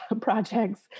projects